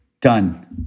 done